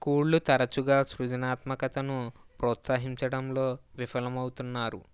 స్కూల్లు తరచుగా సృజనాత్మకతను ప్రోత్సహించడంలో విఫలమవుతున్నారు